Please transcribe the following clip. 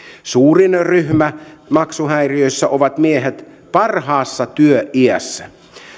suurin ryhmä maksuhäiriöisissä ovat miehet parhaassa työiässä